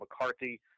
McCarthy